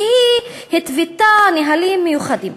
כי היא התוותה נהלים מיוחדים,